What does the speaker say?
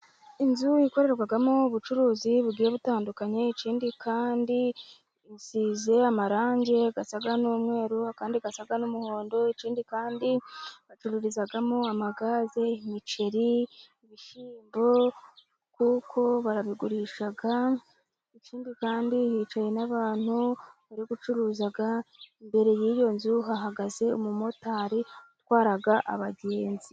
Inzu ikorerwamo ubucuruzi bugiye butandukanye, ikindi kandi isize amarangi asa n'umweru, andi asa n'umuhondo, ikindi kandi bacururizamo amagaze y'imiceri, ibishyimbo kuko barabigurisha, ikindi kandi hicaye n'abantu bari gucuruza, imbere y'iyo nzu hahagaze umumotari utwara abagenzi.